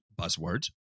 buzzwords